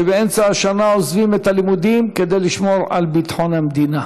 שבאמצע השנה עוזבים את הלימודים כדי לשמור על ביטחון המדינה,